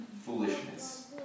foolishness